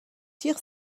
tir